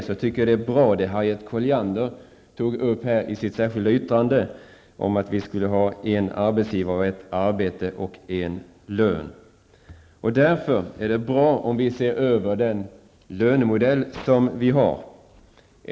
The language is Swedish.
Jag tycker att det som Harriet Colliander tog upp i sitt särskilda yttrande om att vi skall ha en arbetsgivare, ett arbete och en lön var bra. Därför är det lämpligt att se över den lönemodell som tillämpas.